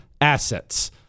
assets